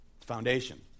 Foundation